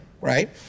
right